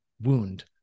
wound